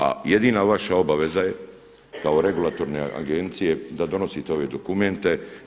A jedina vaša obaveza je kao regulatorne agencije je da donosite ove dokumente.